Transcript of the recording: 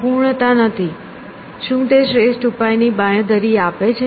સંપૂર્ણતા નથી શું તે શ્રેષ્ઠ ઉપાયની બાંયધરી આપે છે